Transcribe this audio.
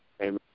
Amen